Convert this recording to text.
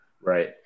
Right